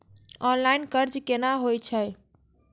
Online कर्ज केना होई छै?